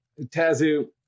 Tazu